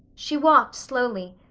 she walked slowly,